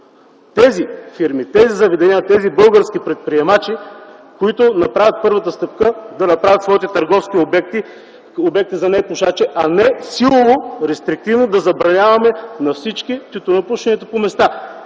тези фирми, тези заведения, тези български предприемачи, които направят първата стъпка – да направят своите търговски обекти като обекти за непушачи, а не силово, рестриктивно да забраняваме на всички тютюнопушенето по места.